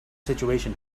situation